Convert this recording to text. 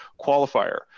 qualifier